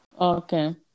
Okay